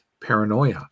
paranoia